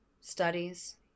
studies